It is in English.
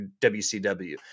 WCW